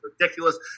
ridiculous